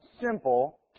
simple